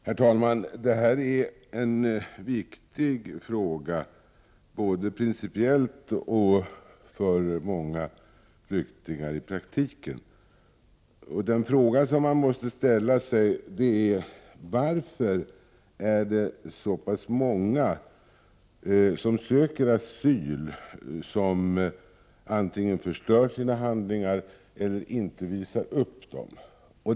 Herr talman! Detta är en viktig fråga både principiellt och för många flyktingar i praktiken. Den fråga som man måste ställa sig är: Varför är det så pass många asylsökande som antingen förstör sina identitetshandlingar eller inte visar upp dem?